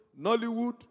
Nollywood